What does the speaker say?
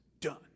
Done